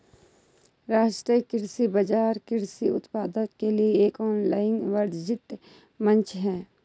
राष्ट्रीय कृषि बाजार कृषि उत्पादों के लिए एक ऑनलाइन वाणिज्य मंच है